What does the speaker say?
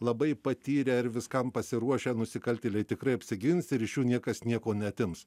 labai patyrę ar viskam pasiruošę nusikaltėliai tikrai apsigins ir iš jų niekas nieko neatims